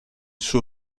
suo